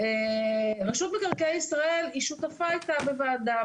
רשות מקרקעי ישראל היא שותפה בוועדה,